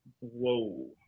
Whoa